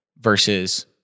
versus